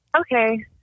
Okay